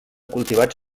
cultivats